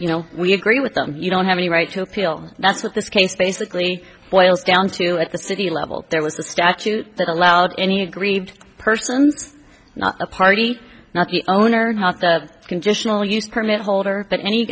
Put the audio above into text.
you know we agree with them you don't have any right to appeal that's what this case basically boils down to at the city level there was a statute that allowed any agreed person not a party not the owner not the conditional use permit holder that any